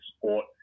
support